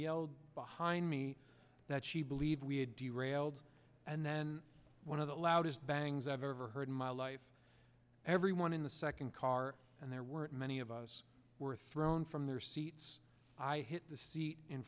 yelled behind me that she believed we had derailed and then one of the loudest bangs i've ever heard in my life everyone in the second car and there weren't many of us were thrown from their seats i hit the seat in